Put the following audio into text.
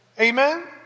Amen